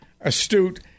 astute